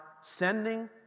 sending